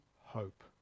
hope